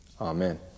Amen